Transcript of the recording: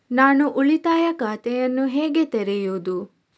ನಾನು ಉಳಿತಾಯ ಖಾತೆಯನ್ನು ಹೇಗೆ ತೆರೆಯುದು?